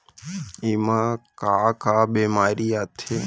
एमा का का बेमारी आथे?